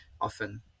often